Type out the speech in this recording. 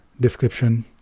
description